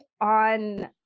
on